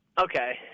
Okay